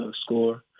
score